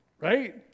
Right